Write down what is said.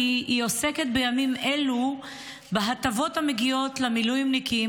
כי היא עוסקת בימים אלו בהטבות המגיעות למילואימניקים,